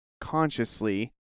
consciously